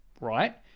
right